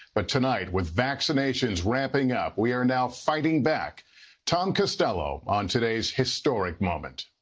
but tonight with vaccinations ramping up we are now fighting back tom costello on today's historic moment.